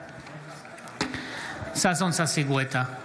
בעד ששון ששי גואטה,